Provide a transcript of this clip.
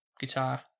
guitar